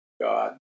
God